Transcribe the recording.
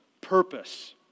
Purpose